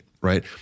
right